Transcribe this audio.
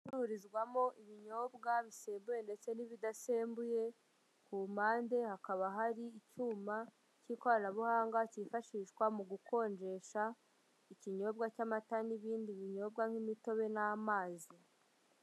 Icururizwamo ibinyobwa bisembuye ndetse n'ibidasembuye, ku mpande hakaba hari icyuma cy'ikoranabuhanga, cyifashishwa mu gukonjesha ikinyobwa cy'amata n'ibindi binyobwa nk'imitobe n'amazi.